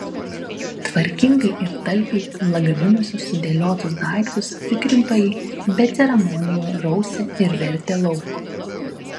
tvarkingai ir talpiai lagaminuose sudėliotus daiktus tikrintojai be ceremonijų rausė ir vertė lauk